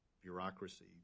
Bureaucracy